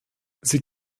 sie